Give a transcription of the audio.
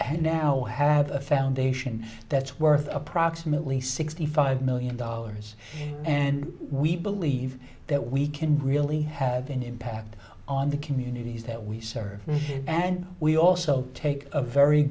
have now have a foundation that's worth approximately sixty five million dollars and we believe that we can really have an impact on the communities that we serve and we also take a very